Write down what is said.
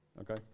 Okay